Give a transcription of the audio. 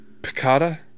Picada